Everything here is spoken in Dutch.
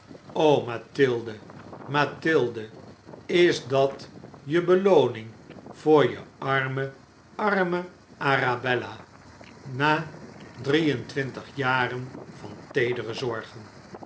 is dat je belooning voor je arme arme arabella na drie en twintig jaren van teedere zorgen